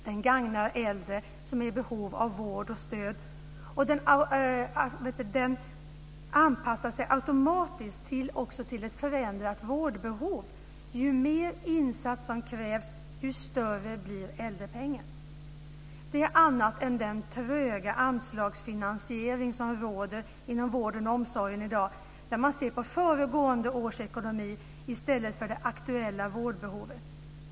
Den gagnar äldre som är i behov av vård och stöd, och den anpassar sig automatiskt till ett förändrat vårdbehov. Ju mer insatser som krävs, desto större blir äldrepengen. Det är annat än den tröga anslagsfinansiering som råder inom vården och omsorgen i dag, där man ser på föregående års ekonomi i stället för det aktuella vårdbehovet.